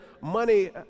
money